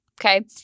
Okay